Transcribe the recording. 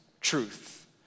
truth